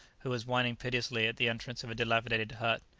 who was whining piteously at the entrance of a dilapidated hut.